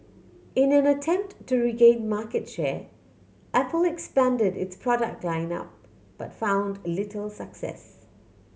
in an attempt to regain market share Apple expanded its product line up but found little success